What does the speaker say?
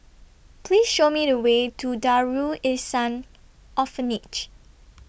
Please Show Me The Way to Darul Ihsan Orphanage